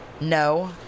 No